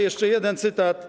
Jeszcze jeden cytat.